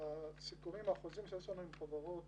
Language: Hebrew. הסיכומים והחוזים שיש לנו עם החברות